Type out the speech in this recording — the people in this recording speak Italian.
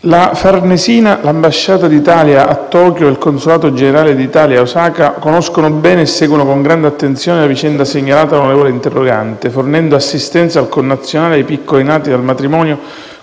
la Farnesina, l'ambasciata d'Italia a Tokyo e il consolato generale d'Italia a Osaka conoscono bene e seguono con grande attenzione la vicenda segnalata dall'onorevole interrogante, fornendo assistenza al connazionale e ai piccoli nati dal matrimonio